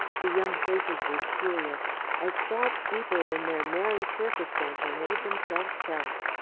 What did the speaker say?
the young faces were serious as thoughts deeper than their merry surface banter made themselves felt.